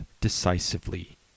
decisively